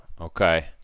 Okay